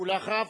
ואחריו,